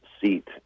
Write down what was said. seat